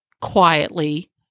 quietly